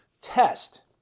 test